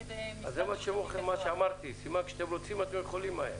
אז זה מה שאמרתי סימן שכשאתם רוצים אתם יכולים מהר.